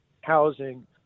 housing